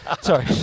Sorry